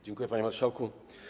Dziękuję, panie marszałku.